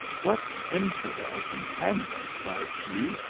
what infidel companion, cried she,